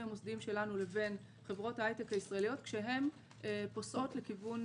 המוסדיים שלנו לבין חברות ההייטק הישראליות כשהן פוסעות לכיוון